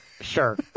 Sure